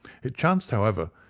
it chanced, however,